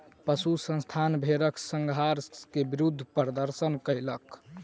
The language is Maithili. पशु संस्थान भेड़क संहार के विरुद्ध प्रदर्शन कयलक